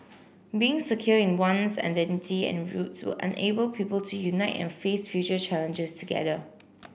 being secure in one's identity and roots will enable people to unite and face future challenges together